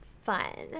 fun